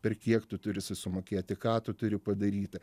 per kiek tu turi susimokėti ką tu turi padaryti